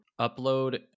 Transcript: upload